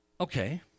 Okay